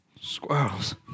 Squirrels